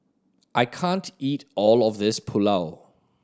I can't eat all of this Pulao